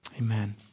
Amen